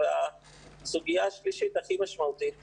הסוגיה השלישית המשמעותית ביותר.